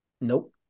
Nope